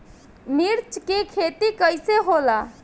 मिर्च के खेती कईसे होला?